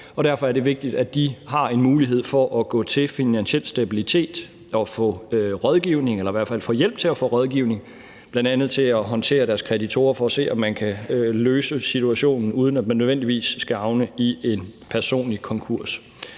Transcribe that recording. derfor er det vigtigt, at de har en mulighed for at gå til Finansiel Stabilitet og få rådgivning eller i hvert fald få hjælp til at få rådgivning, bl.a. til at håndtere deres kreditorer for at se, om man kan finde en løsning på situationen, uden at man nødvendigvis skal havne i en personlig konkurs.